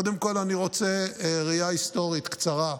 קודם כול, אני רוצה ראייה היסטורית קצרה,